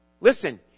Listen